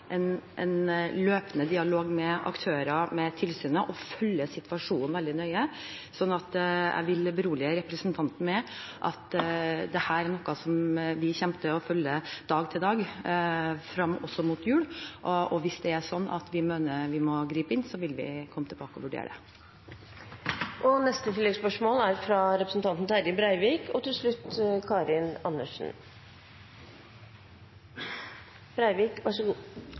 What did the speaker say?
en løpende dialog med aktører, med tilsynet, og følger situasjonen veldig nøye. Så jeg vil berolige representanten med at dette er noe som vi kommer til å følge fra dag til dag frem også mot jul, og hvis det er sånn at vi mener at vi må gripe inn, vil vi komme tilbake og vurdere det. Terje Breivik – til